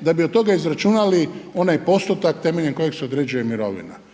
da bi od toga izračunali onaj postotak temeljem kojeg se određuje mirovina